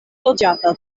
loĝata